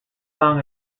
song